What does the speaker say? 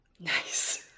Nice